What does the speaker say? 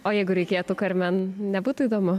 o jeigu reikėtų karmen nebūtų įdomu